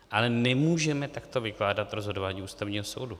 Ale nemůžeme takto vykládat rozhodování Ústavního soudu.